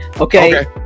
Okay